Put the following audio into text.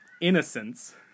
Innocence